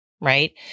Right